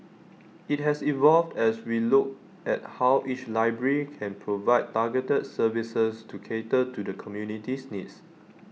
IT has evolved as we look at how each library can provide targeted services to cater to the community's needs